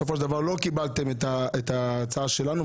בסופו של דבר לא קיבלתם את ההצעה שלנו ,